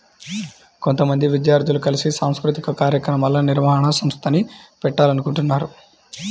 కొంతమంది విద్యార్థులు కలిసి సాంస్కృతిక కార్యక్రమాల నిర్వహణ సంస్థని పెట్టాలనుకుంటన్నారు